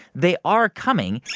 they are coming.